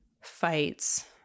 fights